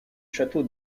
château